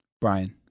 Brian